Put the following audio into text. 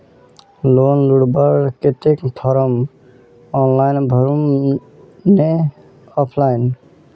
Loan लुबार केते form online भरुम ने ऑफलाइन?